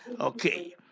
okay